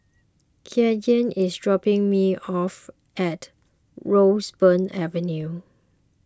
Kylene is dropping me off at Roseburn Avenue